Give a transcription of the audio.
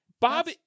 Bob